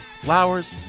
flowers